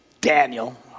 Daniel